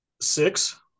Six